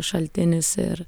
šaltinis ir